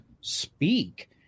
speak